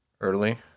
early